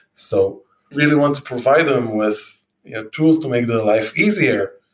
so really want to provide them with tools to make their life easier,